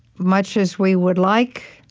much as we would like